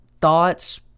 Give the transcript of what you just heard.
thoughts